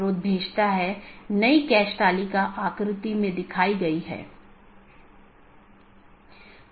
BGP version 4 में बड़ा सुधार है कि यह CIDR और मार्ग एकत्रीकरण को सपोर्ट करता है